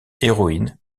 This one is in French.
héroïne